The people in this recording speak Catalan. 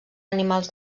animals